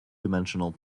dimensional